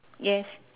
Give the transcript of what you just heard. yes